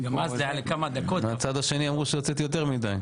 --- הצד השני אמרו שהוצאתי יותר מידי.